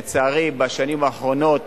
לצערי, בשנים האחרונות,